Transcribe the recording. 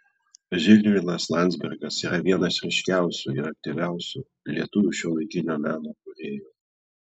žilvinas landzbergas yra vienas ryškiausių ir aktyviausių lietuvių šiuolaikinio meno kūrėjų